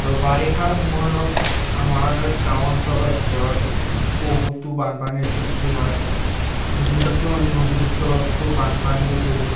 আৰু বাৰিষাৰ সময়ত আমাৰ গাঁও অঞ্চলৰ ভিতৰত বহুতো বানপানীৰ সৃষ্টি হয় যিহেতু আমি নদীৰ ওচৰত ত' বানপানীও বহুত